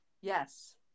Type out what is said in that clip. Yes